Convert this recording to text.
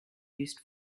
used